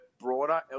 broader